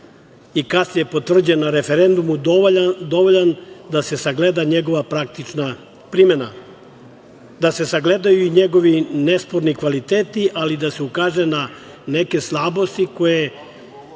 i kasnije potvrđen na referendumu, dovoljan da se sagleda njegova praktična primena, da se sagledaju i njegovi nesporni kvaliteti, ali i da se ukaže na neke slabosti koje